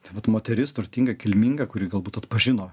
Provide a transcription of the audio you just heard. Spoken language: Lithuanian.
tai vat moteris turtinga kilminga kuri galbūt atpažino